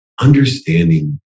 understanding